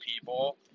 people